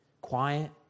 quiet